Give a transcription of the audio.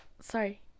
Sorry